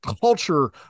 culture